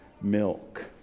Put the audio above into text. milk